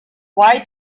why